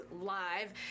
live